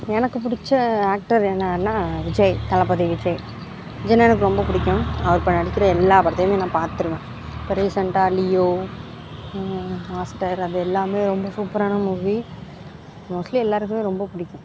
எனக்கு பிடிச்ச ஆக்டர் என்னான்னா விஜய் தளபதி விஜய் விஜய்னால் எனக்கு ரொம்ப பிடிக்கும் அவர் இப்போ நடிக்கிற எல்லா படத்தையுமே நான் பார்த்துருவேன் இப்போ ரீசன்ட்டாக லியோ மாஸ்டர் அது எல்லாமே ரொம்ப சூப்பரான மூவி மோஸ்ட்லி எல்லாருக்குமே ரொம்ப பிடிக்கும்